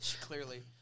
Clearly